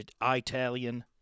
Italian